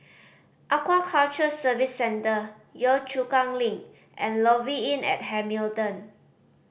Aquaculture Services Centre Yio Chu Kang Link and Lofi Inn at Hamilton